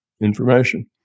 information